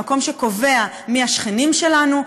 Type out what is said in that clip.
המקום שקובע מי השכנים שלנו,